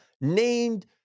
named